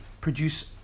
Produce